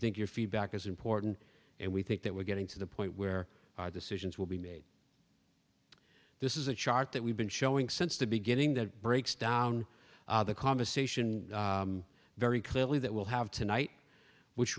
think your feedback is important and we think that we're getting to the point where are the citizens will be made this is a chart that we've been showing since the beginning that breaks down the conversation very clearly that will have tonight which